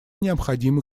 необходимы